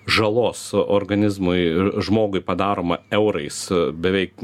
žalos organizmui ir žmogui padaroma eurais beveik